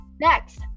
next